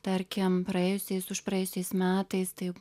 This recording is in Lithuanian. tarkim praėjusiais už praėjusiais metais tai